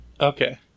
Okay